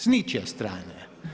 S ničije strane.